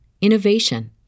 innovation